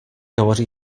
hovoří